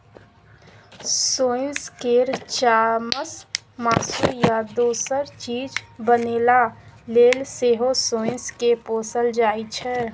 सोंइस केर चामसँ मासु या दोसर चीज बनेबा लेल सेहो सोंइस केँ पोसल जाइ छै